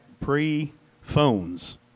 pre-phones